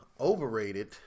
overrated